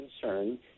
concern